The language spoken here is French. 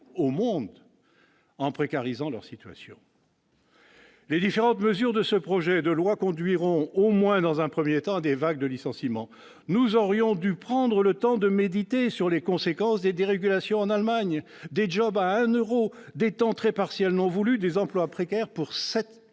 au monde -, en précarisant leur situation. Les différentes mesures de ce projet de loi conduiront, au moins dans un premier temps, à des vagues de licenciements. Nous aurions dû prendre de temps de méditer les conséquences des dérégulations en Allemagne : des à un euro, des temps très partiels non voulus, des emplois précaires pour 7